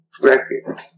record